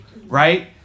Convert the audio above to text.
right